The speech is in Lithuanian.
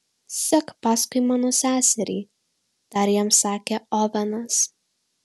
sek paskui mano seserį dar jam sakė ovenas